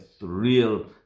real